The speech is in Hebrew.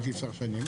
הייתי עשר שנים,